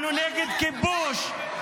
אנחנו נגד כיבוש,